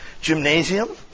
gymnasium